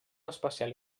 especial